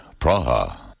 Praha